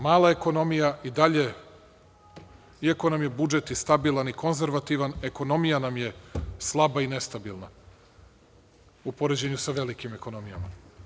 Mala ekonomija i dalje, iako nam je budžet i stabilan i konzervativan, ekonomija nam je slaba i nestabilna u poređenju sa velikim ekonomijama.